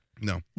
No